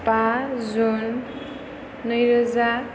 बा जुन नै रोजा